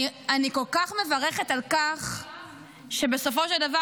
אני כל כך מברכת על כך שבסופו של דבר